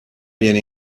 viene